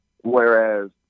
Whereas